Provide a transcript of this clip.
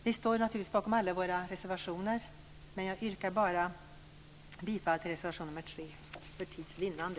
Vi står naturligtvis bakom alla våra reservationer, men för tids vinnande yrkar jag bifall endast till reservation 3.